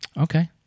Okay